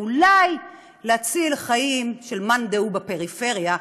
ואולי להציל חיים של מאן דהוא בפריפריה,